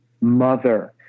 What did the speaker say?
mother